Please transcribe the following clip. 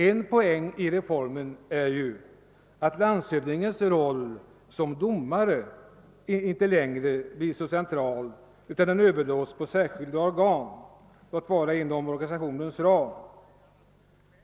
En poäng i den är att landshövdingens roll som domare inte längre blir så central utan överlåtes på särskilda organ — låt vara inom organisationens ram.